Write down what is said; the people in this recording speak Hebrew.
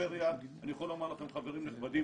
פריפריה אני יכול להגיד לכם חברים נכבדים,